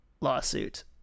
lawsuit